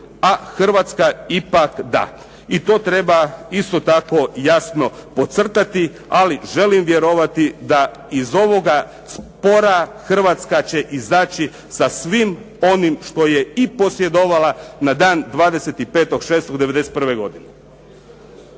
a Hrvatska ipak da i to treba isto tako jasno podcrtati, ali želim vjerovati da iz ovoga spora Hrvatska će izaći sa svim onim što je i posjedovala na dan 25.6.1991. godine.